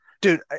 dude